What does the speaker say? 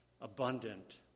abundant